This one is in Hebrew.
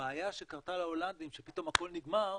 הבעיה שקרתה להולנדים שפתאום הכול נגמר